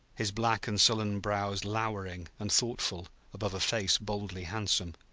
his black and sullen brows lowering and thoughtful above a face boldly handsome.